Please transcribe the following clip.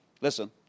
Listen